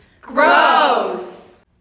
Gross